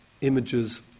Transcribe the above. Images